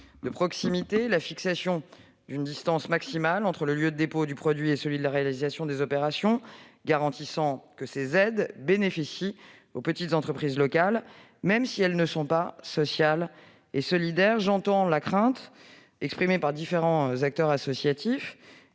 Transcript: de proximité : la fixation d'une distance maximale entre le lieu de dépôt du produit et celui de la réalisation des opérations garantissant que ces aides bénéficient aux petites entreprises locales, même hors ESS. J'entends la crainte des différents acteurs associatifs,